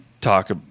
talk